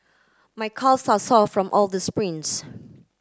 my calves are sore from all the sprints